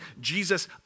Jesus